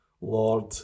Lord